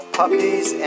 puppies